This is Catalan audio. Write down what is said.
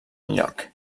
enlloc